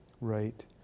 Right